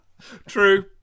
True